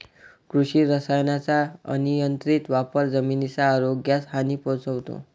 कृषी रसायनांचा अनियंत्रित वापर जमिनीच्या आरोग्यास हानी पोहोचवतो